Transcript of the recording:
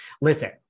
Listen